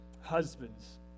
husbands